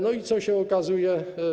No i co się okazuje?